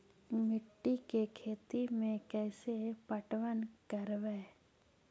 मिर्ची के खेति में कैसे पटवन करवय?